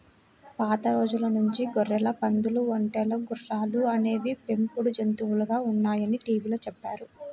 పాత రోజుల నుంచి గొర్రెలు, పందులు, ఒంటెలు, గుర్రాలు అనేవి పెంపుడు జంతువులుగా ఉన్నాయని టీవీలో చెప్పారు